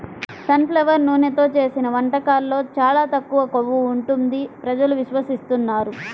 sun flower నూనెతో చేసిన వంటకాల్లో చాలా తక్కువ కొవ్వు ఉంటుంది ప్రజలు విశ్వసిస్తున్నారు